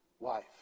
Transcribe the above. life